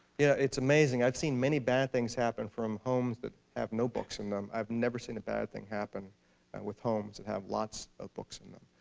yeah it's amazing. i've seen many bad things happen from homes that have no books in them. i've never seen a bad thing happen from homes that have lots of books in them.